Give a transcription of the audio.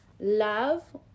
Love